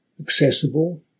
accessible